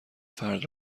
فرد